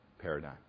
paradigm